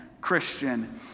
Christian